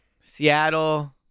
Seattle